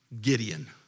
Gideon